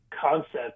concept